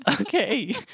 Okay